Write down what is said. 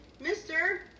mister